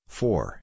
four